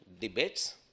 debates